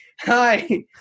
hi